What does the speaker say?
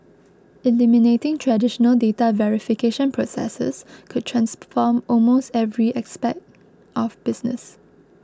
eliminating traditional data verification processes could transform almost every aspect of business